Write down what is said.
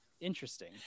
interesting